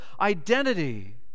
identity